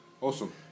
awesome